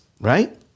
right